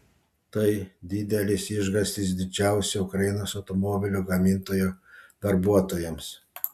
tai didelis išgąstis didžiausio ukrainos automobilių gamintojo darbuotojams